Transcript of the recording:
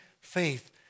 faith